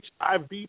HIV